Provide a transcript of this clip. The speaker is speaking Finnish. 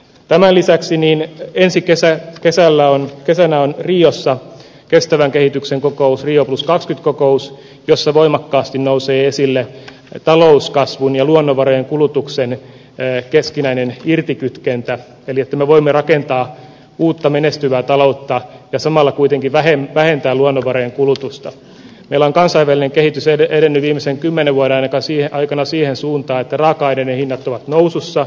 tämä lisäksi niin ensi kesän kesällä on kesällä on riossa kestävän kehityksen kokous rio plusvästi kokous jossa voimakkaasti nousee esille talouskasvun ja luonnonvarojen kulutuksen keskinäinen irtikytkentä eli me voimme rakentaa uutta menestyvää taloutta ja samalla kuitenkin väheni vähentää luonnonvarojen kulutusta pelaa kansainvälinen kehitys on edennyt jensen kymmenen vararenkaisiin aikana siihen suuntaan että raaka ainehinnat ovat nousussa